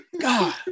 God